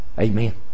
amen